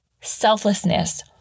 selflessness